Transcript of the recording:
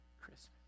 christmas